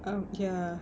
um ya